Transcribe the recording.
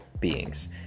beings